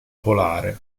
polare